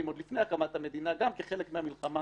עוד לפני הקמת המדינה גם כחלק מהמלחמה